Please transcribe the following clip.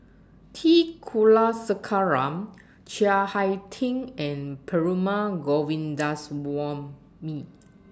T Kulasekaram Chiang Hai Ting and Perumal Govindaswamy